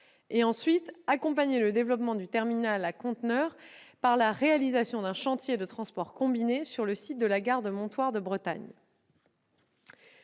d'abord, accompagner le développement du terminal à conteneurs par la réalisation d'un chantier de transport combiné sur le site de la gare de Montoir-de-Bretagne,